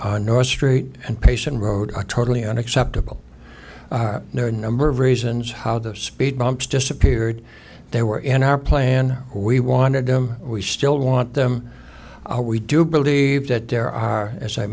on north street and patient road are totally unacceptable no number of reasons how those speed bumps disappeared they were in our plan we wanted them we still want them we do believe that there are as i